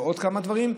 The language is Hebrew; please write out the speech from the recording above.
ועוד כמה דברים.